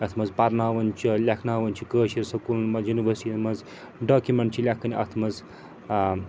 یَتھ منٛز پرناوُن چھِ لٮ۪کھناوُن چھِ کٲشِرۍ سکوٗلَن منٛز یونیورسِیَن منٛز ڈاکِمٮ۪نٛٹ چھِ لٮ۪کھٕنۍ اَتھ منٛز